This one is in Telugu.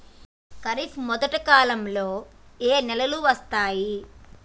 ఖరీఫ్ మొదటి కాలంలో ఏ నెలలు వస్తాయి?